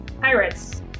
pirates